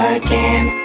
again